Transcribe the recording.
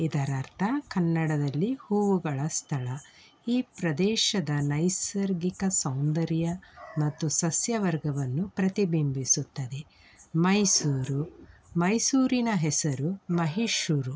ಇದರರ್ಥ ಕನ್ನಡದಲ್ಲಿ ಹೂವುಗಳ ಸ್ಥಳ ಈ ಪ್ರದೇಶದ ನೈಸರ್ಗಿಕ ಸೌಂದರ್ಯ ಮತ್ತು ಸಸ್ಯವರ್ಗವನ್ನು ಪ್ರತಿಬಿಂಬಿಸುತ್ತದೆ ಮೈಸೂರು ಮೈಸೂರಿನ ಹೆಸರು ಮಹಿಷೂರು